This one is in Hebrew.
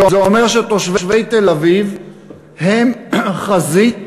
זה אומר שתושבי תל-אביב הם חזית